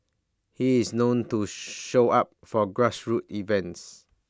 he is known to show up for grassroots events